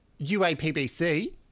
UAPBC